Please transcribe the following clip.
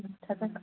madam छा छा खपेव